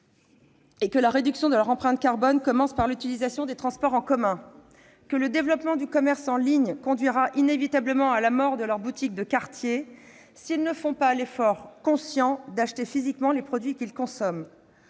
et que la réduction de leur empreinte carbone commence par l'utilisation des transports en commun, que le développement du commerce en ligne conduira inévitablement à la mort de leur boutique de quartier s'ils ne font pas l'effort conscient d'acheter physiquement les produits qu'ils consomment,